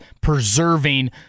preserving